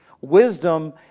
Wisdom